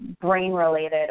brain-related